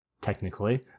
technically